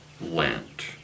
Lent